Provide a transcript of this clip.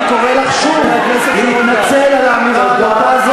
אני קורא לך שוב להתנצל על האמירה הזאת,